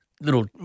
little